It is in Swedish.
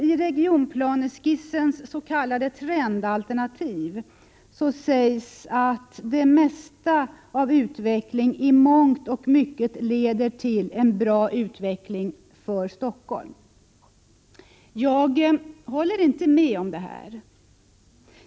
I regionplaneskissens s.k. trendalternativ sägs att detta i mångt och mycket leder till en bra utveckling för Stockholm. Jag håller inte med om det.